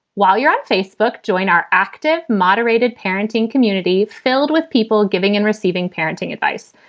while you're on facebook, join our active, moderated parenting community filled with people giving and receiving parenting advice.